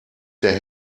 der